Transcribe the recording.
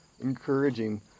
encouraging